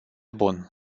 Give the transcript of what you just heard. bun